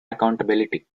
accountability